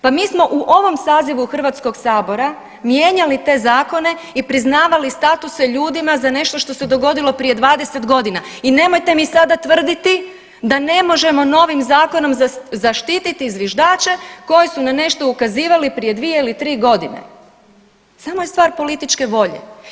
Pa mi smo u ovom sazivu HS-a mijenjali te zakone i priznavali statuse ljudima za nešto što se dogodilo prije 20 godina i nemojte mi sada tvrditi da ne možemo novim zakonom zaštititi zviždače koji su na nešto ukazivali prije dvije ili tri godine, samo je stvar političke volje.